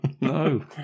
No